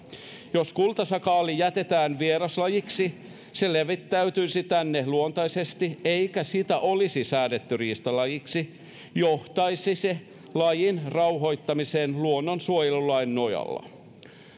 jos kultasakaali jätetään vieraslajiksi ja se levittäytyisi tänne luontaisesti eikä sitä olisi säädetty riistalajiksi johtaisi se lajin rauhoittamiseen luonnonsuojelulain nojalla